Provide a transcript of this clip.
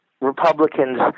republicans